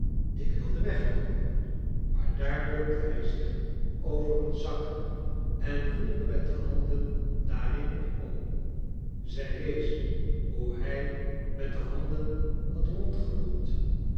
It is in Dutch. ik wilde wegloopen maar daar bukte hij zich over een zak en woelde met de handen daarin om zij wees hoe hij met de handen had